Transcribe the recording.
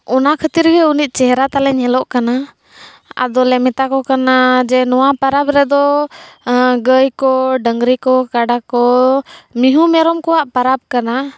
ᱚᱱᱟ ᱠᱷᱟᱹᱛᱤᱨ ᱜᱮ ᱩᱱᱟᱹᱜ ᱪᱮᱦᱨᱟ ᱛᱟᱞᱮ ᱧᱮᱞᱚᱜ ᱠᱟᱱᱟ ᱟᱫᱚᱞᱮ ᱢᱮᱛᱟ ᱠᱚ ᱠᱟᱱᱟ ᱡᱮ ᱱᱚᱣᱟ ᱯᱟᱨᱟᱵᱽ ᱨᱮᱫᱚ ᱜᱟᱹᱭ ᱠᱚ ᱰᱟᱹᱝᱨᱤ ᱠᱚ ᱠᱟᱰᱟ ᱠᱚ ᱢᱤᱦᱩ ᱢᱮᱨᱚᱢ ᱠᱚᱣᱟᱜ ᱯᱟᱨᱟᱵᱽ ᱠᱟᱱᱟ